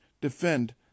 defend